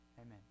Amen